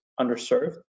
underserved